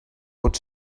pot